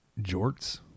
jorts